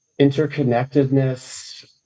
Interconnectedness